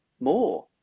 more